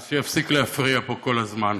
אז שיפסיק להפריע פה כל הזמן.